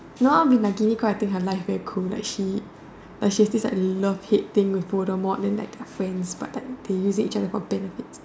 no I want to be like Nagini cause I think her life very cool like she she has this love hate thing with Voldemort then like friends but like they using each other for benefits